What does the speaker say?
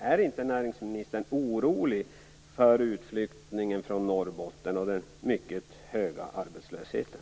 Är inte näringsministern orolig för utflyttningen från Norrbotten och den mycket höga arbetslösheten?